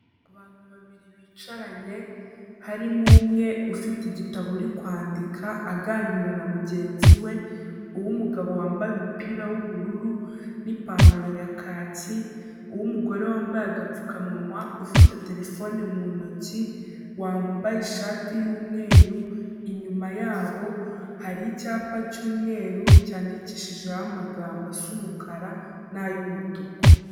Abantu babiri bicaranye, harimo umwe ufite igitabo uri kwandika aganira na mugenzi we, uw'umugabo wambaye umupira w'ubururu n'ipantaro ya kaki, uw'umugore wambaye agapfukamunwa ufite terefoni mu ntoki, wambaye ishati y'umweru, inyuma yabo hari icyapa cy'umweru cyandikishijeho amagambo asa umukara n'ay'umutuku.